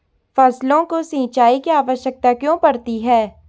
फसलों को सिंचाई की आवश्यकता क्यों पड़ती है?